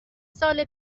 سال